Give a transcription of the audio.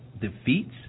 defeats